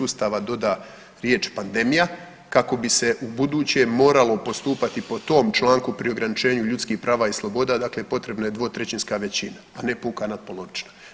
Ustava doda riječ pandemija kako bi se ubuduće moralo postupati po tom članku pri ograničenju ljudskih prava i sloboda, dakle potrebna je dvotrećinska većina, a puka natpolovična.